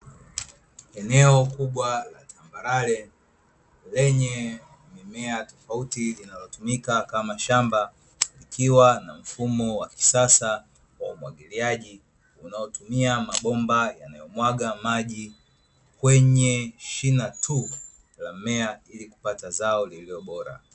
Eneo kubwa la tambarale, lenye mimea tofauti inayotumika kama shamba, ikiwa na mfumo wa kisasa wa umwagiliaji, unaotumia mabomba yanayomwaga maji kwenye shina tu la mmea ili kupata zao lililo bora.